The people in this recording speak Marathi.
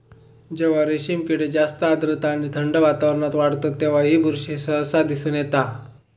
जेव्हा रेशीम किडे जास्त आर्द्रता आणि थंड वातावरणात वाढतत तेव्हा ही बुरशी सहसा दिसून येता